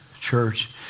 church